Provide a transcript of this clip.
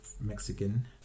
Mexican